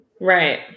Right